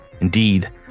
indeed